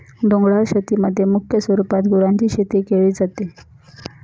डोंगराळ शेतीमध्ये मुख्य स्वरूपात गुरांची शेती केली जाते